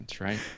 right